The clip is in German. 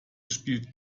spielt